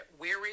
weary